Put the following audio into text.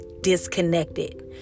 disconnected